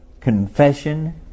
confession